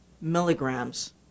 milligrams